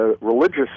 religious